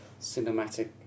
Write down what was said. cinematic